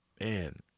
man